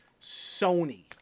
Sony